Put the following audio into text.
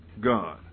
God